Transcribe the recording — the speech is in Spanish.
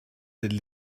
del